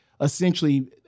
essentially